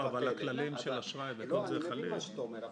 אני מבין מה שאתה אומר.